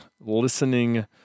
listening